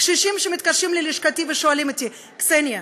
קשישים שמתקשרים ללשכתי ושואלים אותי: קסניה,